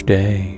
day